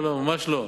לא, ממש לא.